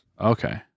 okay